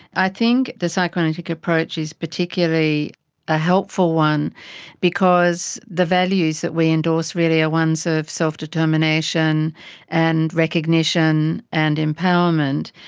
i think the psychoanalytic approach is particularly a helpful one because the values that we endorse really are ones of self-determination and recognition and empowerment,